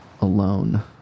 alone